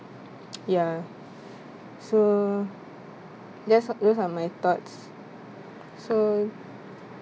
ya so just those are my thoughts so